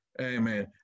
amen